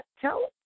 tell